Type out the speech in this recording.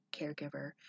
caregiver